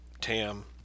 Tam